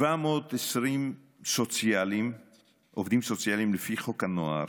720 עובדים סוציאליים לפי חוק הנוער